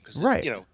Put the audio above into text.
Right